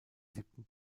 siebten